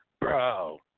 bro